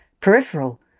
peripheral